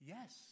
Yes